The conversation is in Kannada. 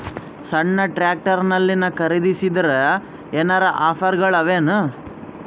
ಸಣ್ಣ ಟ್ರ್ಯಾಕ್ಟರ್ನಲ್ಲಿನ ಖರದಿಸಿದರ ಏನರ ಆಫರ್ ಗಳು ಅವಾಯೇನು?